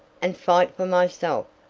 and fight for myself,